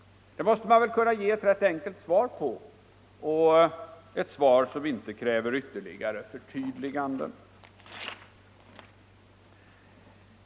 Det måste man väl kunna ge ett rätt enkelt svar på — ett svar som inte kräver ytterligare förtydligande.